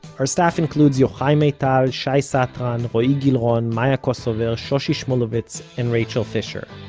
our staff includes yochai maital, shai satran, roee gilron, maya kosover, shoshi shmuluvitz and rachel fisher.